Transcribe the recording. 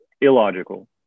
illogical